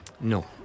No